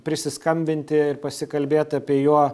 prisiskambinti ir pasikalbėt apie jo